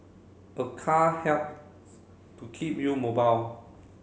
a car helps to keep you mobile